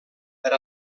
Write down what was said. per